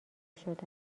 شدم